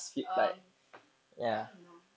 um I don't know